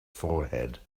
forehead